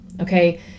okay